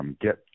Get